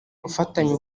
ufatanya